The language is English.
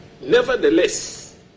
nevertheless